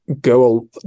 go